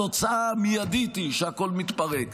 התוצאה המיידית היא שהכול מתפרק.